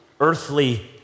earthly